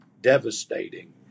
devastating